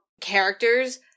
characters